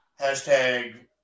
Hashtag